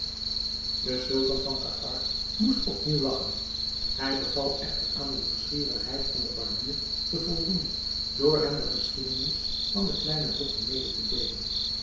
de sultan van cachgar moest op nieuw lagchen hij beval echter aan de nieuwsgierigheid van den barbier te voldoen door hem de geschiedenis van den kleinen bogchel mede te deelen